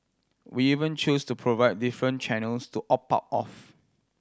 we even choose to provide different channels to opt out of